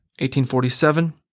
1847